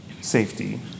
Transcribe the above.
safety